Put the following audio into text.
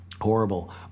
Horrible